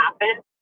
happen